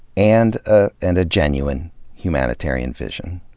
and ah and a genuine humanitarian vision,